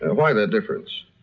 and why that difference?